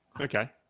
okay